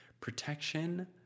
Protection